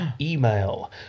email